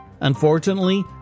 Unfortunately